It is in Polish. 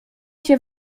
się